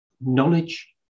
knowledge